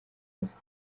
azi